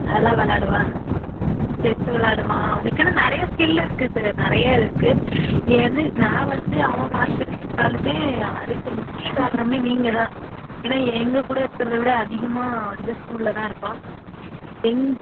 அதலாம் விளாடுவான் செஸ்ஸு விளாடுவான் அவனுக்குன்னு நிறைய ஸ்கில் இருக்குது சார் நிறைய இருக்குது என்ன நான் வந்து அவன் மார்க் எடுத்தாலும் அதுக்கு முக்கிய காரணமே நீங்கள் தான் ஏன்னா எங்கள் கூட இருக்கிறத விட அதிகமாக வந்து ஸ்கூலில் தான் இருப்பான் எங்